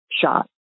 shot